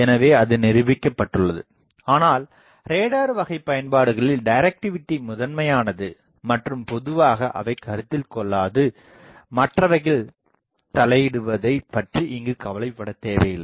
எனவே அது நிரூபிக்கப்பட்டுள்ளது ஆனால் ரேடார் வகைப் பயன்பாடுகளில் டிரக்டிவிடி முதன்மையானது மற்றும் பொதுவாக அவை கருத்தில் கொள்ளாது மற்றவைகள் தலையிடுவதைப் பற்றி இங்குக் கவலைப்படத் தேவையில்லை